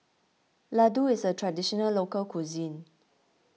Ladoo is a Traditional Local Cuisine